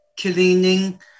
cleaning